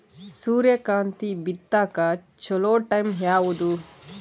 ಸೂರ್ಯಕಾಂತಿ ಬಿತ್ತಕ ಚೋಲೊ ಟೈಂ ಯಾವುದು?